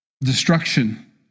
Destruction